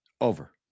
Over